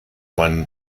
man